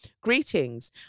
Greetings